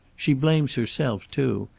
she blames herself, too,